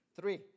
three